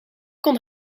kon